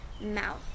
mouth